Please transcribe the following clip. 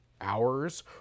hours